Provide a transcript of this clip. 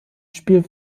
spiel